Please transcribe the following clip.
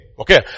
Okay